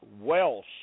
Welsh